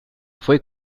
fue